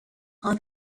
are